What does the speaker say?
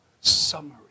summary